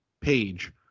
page